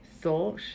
thought